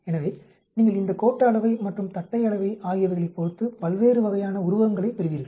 எனவே நீங்கள் இந்த கோட்ட அளவை மற்றும் தட்டை அளவை ஆகியவைகளைப் பொறுத்து பல்வேறு வகையான உருவங்களைப் பெறுவீர்கள்